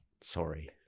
Sorry